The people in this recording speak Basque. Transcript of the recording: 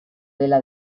dela